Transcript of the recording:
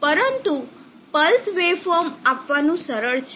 પરંતુ pulse waveform આપવાનું સરળ છે